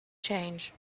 change